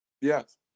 yes